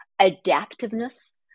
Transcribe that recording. adaptiveness